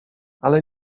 ale